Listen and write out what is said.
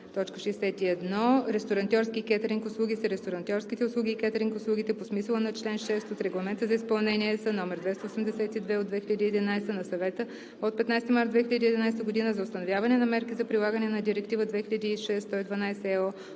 „ 61. Ресторантьорски и кетъринг услуги са ресторантьорските услуги и кетъринг услугите по смисъла на член 6 от Регламент за изпълнение (ЕС) № 282/2011 на Съвета от 15 март 2011 г. за установяване на мерки за прилагане на Директива 2006/112/ЕО